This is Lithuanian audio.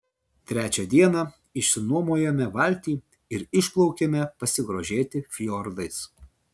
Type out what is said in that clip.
trečią dieną išsinuomojome valtį ir išplaukėme pasigrožėti fjordais